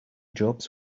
jobs